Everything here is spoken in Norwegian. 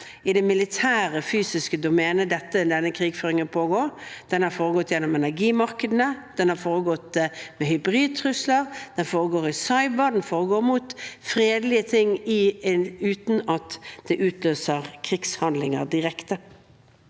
i det militære fysiske domenet denne krigføringen pågår. Den har foregått gjennom energimarkedene, den har foregått med hybridtrusler, den foregår i cyberspace, den foregår mot fredelige ting – uten at det utløser krigshandlinger direkte.